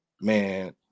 man